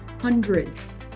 hundreds